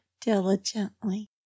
diligently